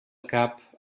cap